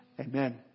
Amen